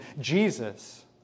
Jesus